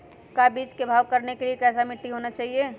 का बीज को भाव करने के लिए कैसा मिट्टी होना चाहिए?